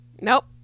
Nope